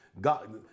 God